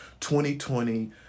2020